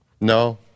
No